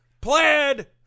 Plaid